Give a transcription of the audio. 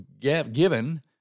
given